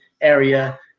area